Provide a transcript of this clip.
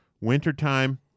Wintertime